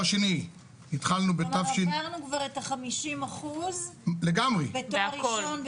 כלומר עברנו כבר את ה-50% בתואר ראשון,